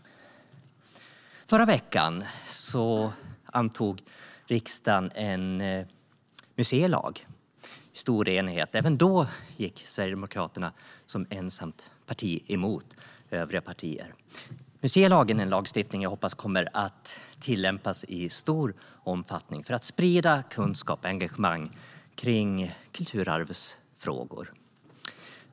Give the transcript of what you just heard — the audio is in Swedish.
Förra veckan antog riksdagen en museilag i stor enighet. Även då gick Sverigedemokraterna som ensamt parti emot övriga partier. Museilagen är en lagstiftning som jag hoppas kommer att tillämpas i stor omfattning för att sprida kunskap och engagemang kring kulturarvsfrågor.